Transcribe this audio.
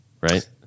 Right